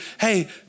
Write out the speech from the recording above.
hey